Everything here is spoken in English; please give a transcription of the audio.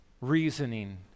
reasoning